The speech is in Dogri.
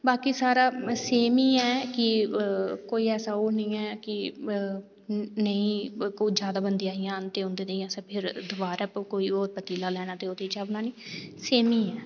बाकी सारा सेम ही है कि कोई ऐसा ओह् नेईं है कि नेई ज्यादा बंदे आन ते उंदे लेई आसें दुद्ध दबारा लैना ते होर पतीला लैना ते ओह्दे च चाह् बनानी सेम ही ऐ